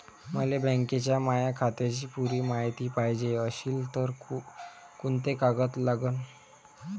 मले बँकेच्या माया खात्याची पुरी मायती पायजे अशील तर कुंते कागद अन लागन?